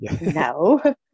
No